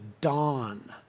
dawn